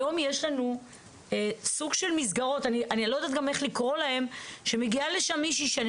היום יש סוג של מסגרות שמגיעה לשם מישהי שאני